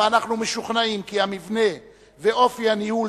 ואנחנו משוכנעים כי המבנה ואופי הניהול